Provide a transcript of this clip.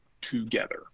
together